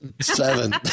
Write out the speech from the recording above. Seven